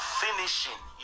finishing